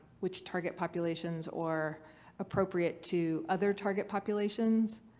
which target populations or appropriate to other target populations